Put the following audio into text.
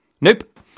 Nope